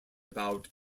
about